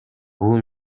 бул